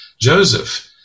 Joseph